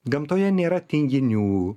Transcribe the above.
gamtoje nėra tinginių